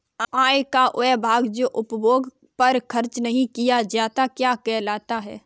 आय का वह भाग जो उपभोग पर खर्च नही किया जाता क्या कहलाता है?